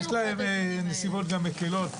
יש להם נסיבות מקלות.